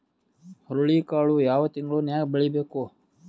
ಹುರುಳಿಕಾಳು ಯಾವ ತಿಂಗಳು ನ್ಯಾಗ್ ಬೆಳಿಬೇಕು?